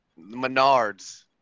Menards